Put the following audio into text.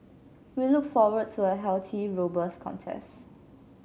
we look forward to a healthy robust contest